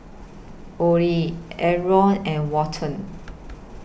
Ollie Aron and Walton